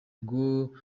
ngo